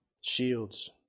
Shields